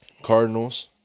Cardinals